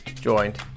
joined